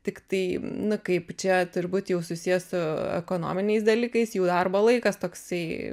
tiktai nu kaip čia turbūt jau susiję su ekonominiais dalykais jų darbo laikas toksai